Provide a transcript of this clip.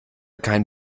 kein